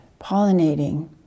pollinating